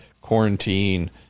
quarantine